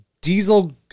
Diesel